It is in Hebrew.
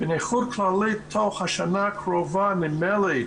נכות כללית בתוך השנה הקרובה נדמה לי,